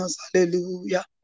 hallelujah